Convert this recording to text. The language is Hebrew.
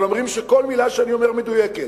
אבל הם אומרים שכל מלה שאני אומר מדויקת,